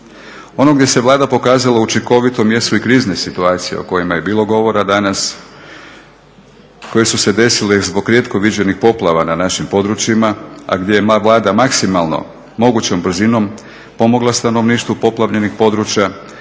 Ono gdje se Vlada pokazala učinkovitom jesu i krizne situacije o kojima je bilo govora danas, koje su se desile zbog rijetko viđenih poplava na našim područjima, a gdje je Vlada maksimalno mogućom brzinom pomogla stanovništvu poplavljenih područja,